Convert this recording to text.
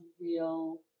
real